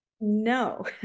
No